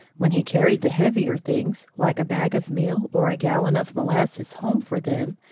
when he carried the heavier things, like a bag of meal, or a gallon of molasses home for them,